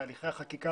הליכי החקיקה